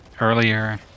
earlier